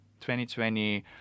2020